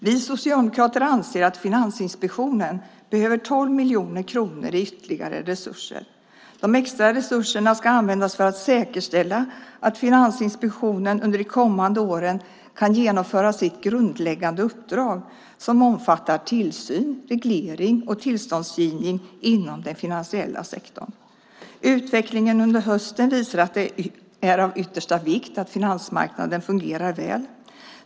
Vi socialdemokrater anser att Finansinspektionen behöver 12 miljoner kronor i ytterligare resurser. De extra resurserna ska användas för att säkerställa att Finansinspektionen under de kommande åren kan genomföra sitt grundläggande uppdrag, som omfattar tillsyn, reglering och tillståndsgivning inom den finansiella sektorn. Utvecklingen under hösten visar att det är av yttersta vikt att finansmarknaden fungerar väl.